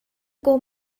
kawm